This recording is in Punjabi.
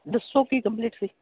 ਦੱਸੋ ਕੀ ਕੰਪਲੇਂਟ ਸੀ